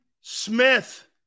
Smith